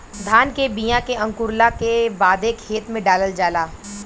धान के बिया के अंकुरला के बादे खेत में डालल जाला